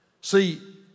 See